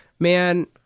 Man